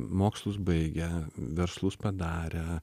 mokslus baigę verslus padarę